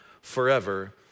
forever